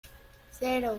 cero